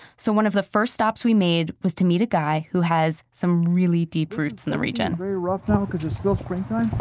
so one of the first stops we made was to meet a guy who has some really deep roots in the region it's very rough now because it's still sprinkling.